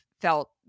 felt